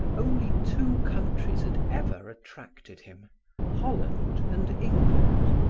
only two countries had ever attracted him holland and england.